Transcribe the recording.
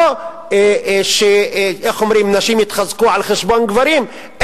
לא שנשים יתחזקו על חשבון גברים,